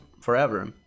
forever